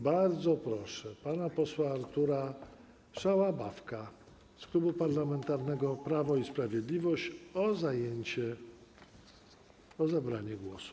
Bardzo proszę pana posła Artura Szałabawkę z Klubu Parlamentarnego Prawo i Sprawiedliwość o zabranie głosu.